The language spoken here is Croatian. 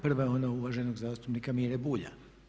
Prva je ona uvaženog zastupnika Mire Bulja.